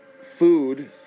food